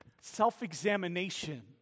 Self-examination